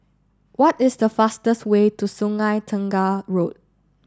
what is the fastest way to Sungei Tengah Road